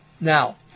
Now